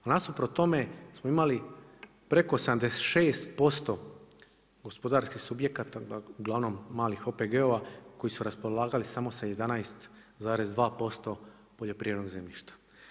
A nasuprot tome smo imali preko 76% gospodarskih subjekata, ugl. malih OPG-ova koji su raspolagali samo sa 11,2,% poljoprivrednog zemljišta.